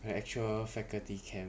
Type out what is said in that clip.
the actual faculty camp